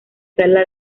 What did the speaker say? salas